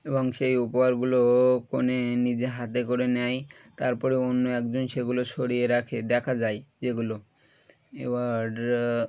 এবং সেই উপহারগুলো কনে নিজে হাতে করে নেয় তারপরে অন্য একজন সেগুলো সরিয়ে রাখে দেখা যায় যেগুলো এবার